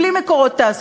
בלי מקורות תעסוקה.